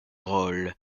rôles